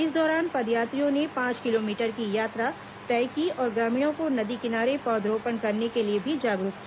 इस दौरान पदयात्रियों ने पांच किलोमीटर की यात्रा तय की और ग्रामीणों को नदी किनारे पौधरोपण करने के लिए भी जागरूक किया